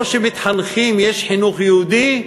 במקום שבו מתחנכים, יש חינוך יהודי,